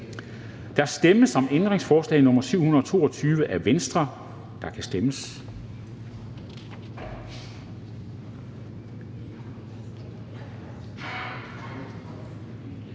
Der stemmes om ændringsforslag nr. 727 af V, og der kan stemmes.